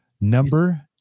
number